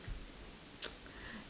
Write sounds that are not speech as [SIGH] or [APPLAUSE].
[NOISE]